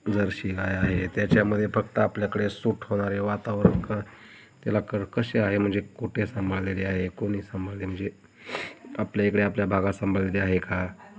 जरशी गाय आहे त्याच्यामध्ये फक्त आपल्याकडे सूट होणारे वातावरण करणे त्याला क कसे आहे म्हणजे कुठे सांभाळलेले आहे कोणी सांभाळले म्हणजे आपल्या इकडे आपल्या भागात सांभाळलेली आहे का